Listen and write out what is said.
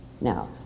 Now